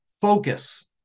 Focus